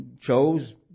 chose